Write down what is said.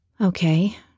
Okay